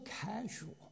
casual